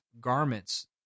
garments